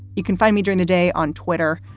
you can find me doing the day on twitter.